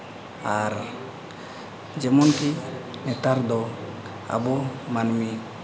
ᱟᱨ ᱡᱮᱢᱚᱱ ᱠᱤ ᱱᱮᱛᱟᱨ ᱫᱚ ᱟᱵᱚ ᱢᱟᱹᱱᱢᱤ